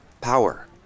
power